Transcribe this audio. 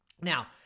now